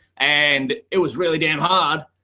and it was really damn hard.